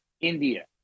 India